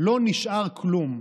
לא נשאר כלום,